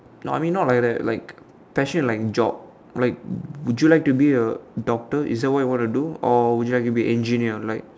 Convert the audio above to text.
no I mean not like like like passion like job like would you like to be a doctor is that what you want to do or would you like to be engineer like